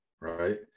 right